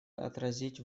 отразить